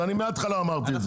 אני מההתחלה אמרתי את זה,